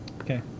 Okay